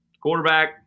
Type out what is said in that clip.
quarterback